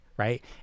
right